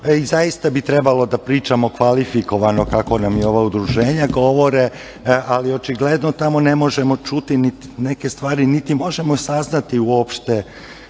zaista bi trebalo da pričamo kvalifikovano, kako nam ova udruženja govore, ali očigledno tamo ne možemo čuti neke stvari, niti možemo saznati uopšte